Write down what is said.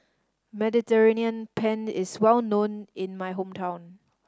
Mediterranean Penne is well known in my hometown